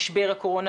משבר הקורונה,